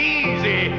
easy